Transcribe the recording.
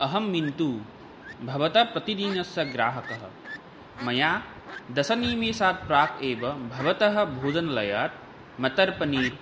अहं मिन्तु भवता प्रतिदिनस्य ग्राहकः मया दशनिमेषात् प्राक् एव भवतः भोजनालयात् मतर् पन्नीर्